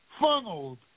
Funneled